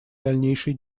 дальнейшей